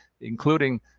including